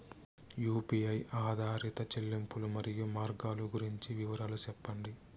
UPI ఆధారిత చెల్లింపులు, మరియు మార్గాలు గురించి వివరాలు సెప్పండి?